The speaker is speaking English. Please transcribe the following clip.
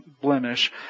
blemish